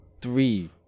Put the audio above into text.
three